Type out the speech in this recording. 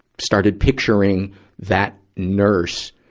started picturing that nurse,